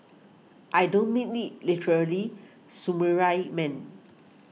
I don't mean it literally Samurai man